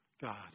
God